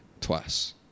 twice